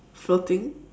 floating